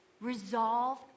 Resolve